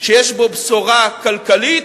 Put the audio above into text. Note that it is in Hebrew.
שיש בו בשורה כלכלית